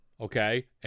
okay